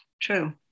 true